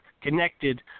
Connected